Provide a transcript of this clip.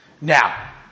Now